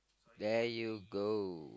there you go